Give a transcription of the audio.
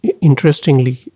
Interestingly